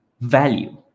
value